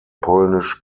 polnisch